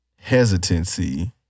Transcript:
hesitancy